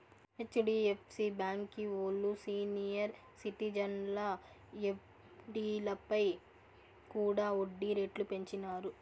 HDFC బాంకీ ఓల్లు senior సిటిజన్ల ఎఫ్డీలపై కూడా ఒడ్డీ రేట్లు పెంచినారు